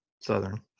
Southern